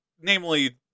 Namely